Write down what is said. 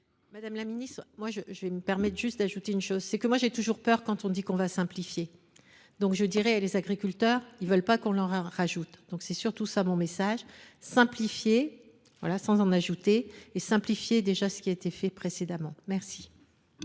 Madame la Ministre, moi je vais me permettre juste d'ajouter une chose, c'est que moi j'ai toujours peur quand on dit qu'on va simplifier. Donc je dirais à les agriculteurs, ils veulent pas qu'on leur rajoute. Donc c'est surtout ça mon message, simplifier, voilà, sans en ajouter, et simplifier déjà ce qui a été fait précédemment. Merci.